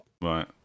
Right